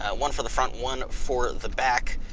ah one for the front, one for the back.